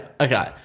Okay